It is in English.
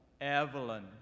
Evelyn